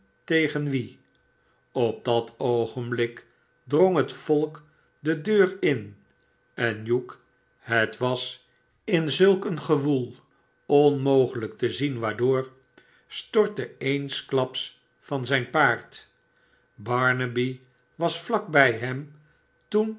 tegen wien op dat oogenblik drong het volk de deur in en hugh het was m zulk een gewoel onmogelijk te zien waardoor stortte eensklaps van zijn paard barnaby was vlak bij hem toen